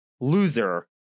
loser